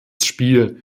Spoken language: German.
spiel